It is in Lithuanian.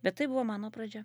bet tai buvo mano pradžia